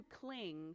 cling